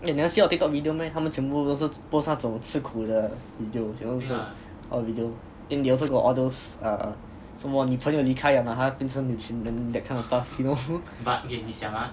eh you never see their TikTok video meh 他们全部都是 post 那种吃苦的 videos 全部都是 all the videos then they also got all those uh 什么你朋友离开了然后他变成你的情人 that kind of stuff you know